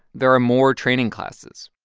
there are more training classes.